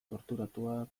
torturatuak